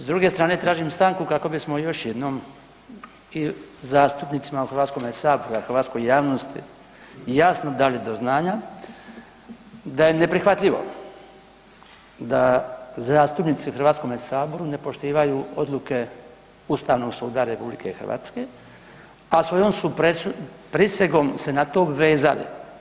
S druge strane tražim stanku kako bismo još jednom i zastupnicima u Hrvatskome saboru, a i hrvatskoj javnosti jasno dali do znanja da je neprihvatljivo da zastupnici u Hrvatskome saboru ne poštivaju odluke Ustavnog suda RH, a svojom su prisegom se na to obvezali.